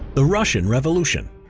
the russian revolution